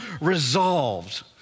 resolved